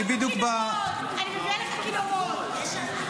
אני אנגן לך כינורות.